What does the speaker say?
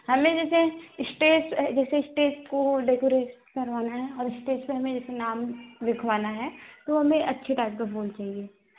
हमें जैसे इश्टेज जैसे इश्टेज को डेकोरेट करवाना है और इश्टेज पर हमें जैसे नाम लिखवाना है तो हमें अच्छे टाइप का फूल चाहिए